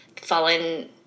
fallen